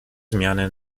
zmiany